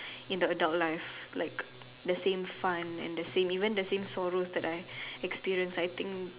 in the adult life like the same fun and the same even the same sorrow that I experience I think